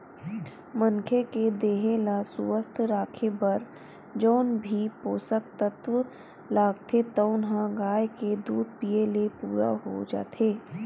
मनखे के देहे ल सुवस्थ राखे बर जउन भी पोसक तत्व लागथे तउन ह गाय के दूद पीए ले पूरा हो जाथे